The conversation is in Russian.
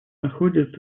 находит